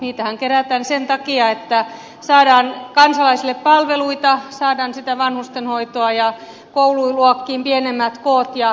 niitähän kerätään sen takia että saadaan kansalaisille palveluita saadaan sitä vanhustenhoitoa ja koululuokkiin pienemmät koot ja terveydenhoitoa